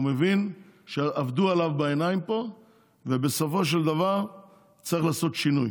הוא מבין שעבדו עליו בעיניים פה ובסופו של דבר צריך לעשות שינוי.